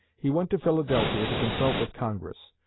he went to philadelphia to consult with congress.